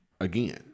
Again